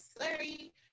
sorry